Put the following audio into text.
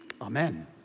amen